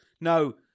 No